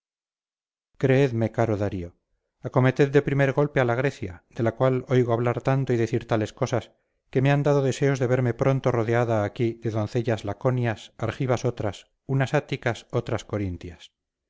acometáis creedme caro darío acometed de primer golpe a la grecia de la cual oigo hablar tanto y decir tales cosas que me han dado deseos de verme pronto rodeada aquí de doncellas laconias argivas otras unas áticas otras corintias